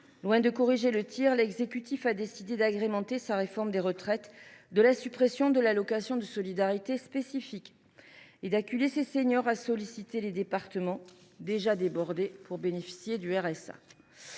Loin de corriger le tir, l’exécutif a décidé d’agrémenter sa réforme des retraites de la suppression de l’allocation de solidarité spécifique, et d’acculer ces seniors à solliciter les départements, déjà débordés, pour bénéficier du RSA.